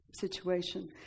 situation